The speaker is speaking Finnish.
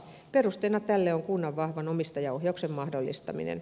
perusteena tälle on kunnan vahvan omistajaohjauksen mahdollistaminen